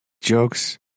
jokes